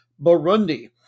Burundi